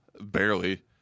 Barely